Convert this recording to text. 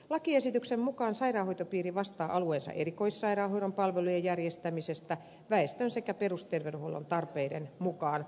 lakiesityksen mukaan sairaanhoitopiiri vastaa alueensa erikoissairaanhoidon palvelujen järjestämisestä väestön sekä perusterveydenhuollon tarpeiden mukaan